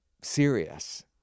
serious